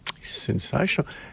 Sensational